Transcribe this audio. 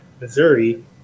Missouri